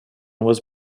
was